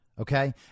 okay